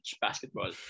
basketball